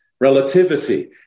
relativity